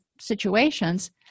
situations